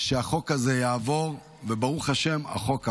שהחוק הזה יעבור, וברוך השם, החוק עבר.